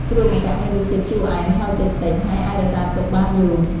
ជ្រក់ម្កាក់មានរសជាតិជូរអែម ហឹរតិចៗ ហើយអាចរក្សាទុកបានយូរ។